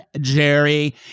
Jerry